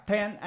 Ten